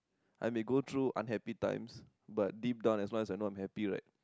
and they go through unhappy times but deep down as long as I'm not unhappy right